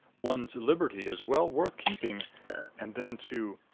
one's liberty is well worth keeping and then, too,